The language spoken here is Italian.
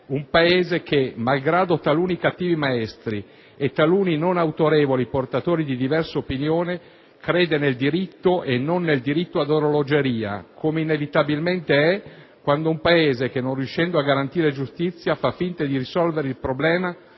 un Paese che, malgrado taluni cattivi maestri e taluni non autorevoli portatori di diversa opinione, crede nel diritto e non nel «diritto ad orologeria», come inevitabilmente è quando un Paese che, non riuscendo a garantire giustizia, fa finta di risolvere il problema